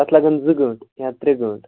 اَتھ لَگَن زٕ گٲنٛٹ یا ترٛےٚ گٲنٛٹ